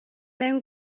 mewn